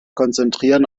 konzentrieren